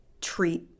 treat